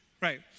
Right